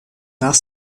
nach